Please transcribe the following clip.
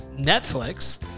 netflix